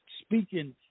speaking